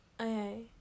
Okay